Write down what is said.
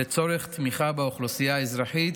לצורך תמיכה באוכלוסייה האזרחית,